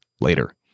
later